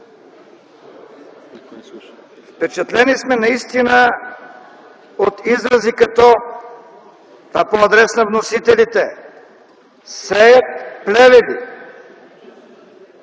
Впечатлени сме наистина от изрази като (по адрес на вносителите) „сеят плевели”,